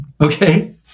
Okay